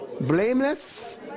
blameless